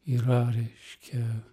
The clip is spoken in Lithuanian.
yra reiškia